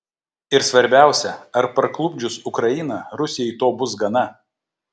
ir svarbiausia ar parklupdžius ukrainą rusijai to bus gana